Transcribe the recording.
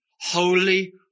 holy